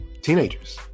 Teenagers